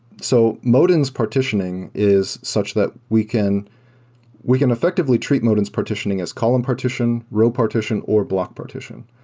so modin's partitioning is such that we can we can effectively treat modin's partitioning as column partition, row partition or block partition.